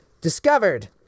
discovered